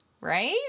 right